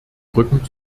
rücken